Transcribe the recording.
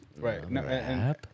Right